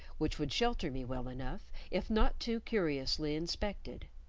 which would shelter me well enough if not too curiously inspected.